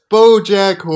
Bojack